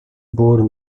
bore